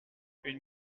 une